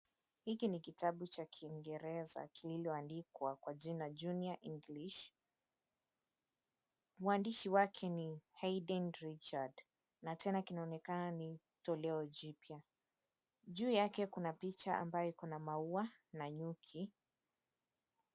Hiki ni kitabu cha kiingereza kililoandikwa kwa jina, Junior English. Mwandishi wake ni Haydn Richard na tena kinaonekana ni toleo jipya. Juu yake kuna picha ambayo iko na maua na nyuki.